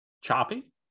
choppy